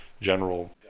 general